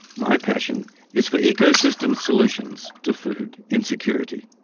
my passion is for ecosystem solutions to food insecurity.